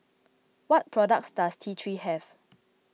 what products does T three have